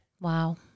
Wow